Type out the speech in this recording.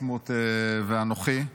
ביסמוט ואנוכי.